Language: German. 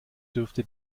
dürfte